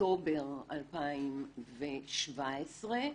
אוקטובר 2017,